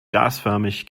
gasförmig